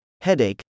headache